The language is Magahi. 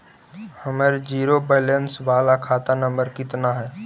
हमर जिरो वैलेनश बाला खाता नम्बर कितना है?